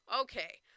Okay